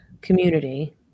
community